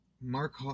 Mark